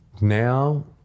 now